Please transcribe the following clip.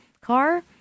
car